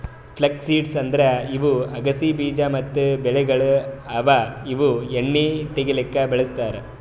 flux seeds ಅಂದುರ್ ಇವು ಅಗಸಿ ಬೀಜ ಮತ್ತ ಬೆಳೆಗೊಳ್ ಅವಾ ಇವು ಎಣ್ಣಿ ತೆಗಿಲುಕ್ ಬಳ್ಸತಾರ್